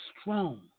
strong